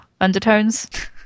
undertones